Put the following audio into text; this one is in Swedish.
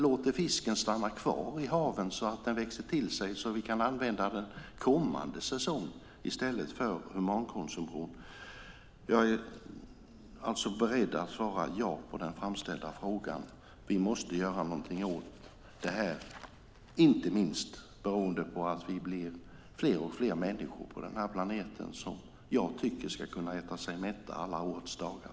Fisken kan stanna kvar i haven så att den växer till sig så att den kan användas kommande säsong i stället för humankonsumtion. Jag är beredd att svara ja på den framställda frågan. Vi måste göra något åt detta, inte minst beroende på att det blir fler och fler människor på planeten som jag tycker ska kunna äta sig mätta alla årets dagar.